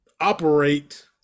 operate